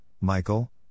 Michael